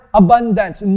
abundance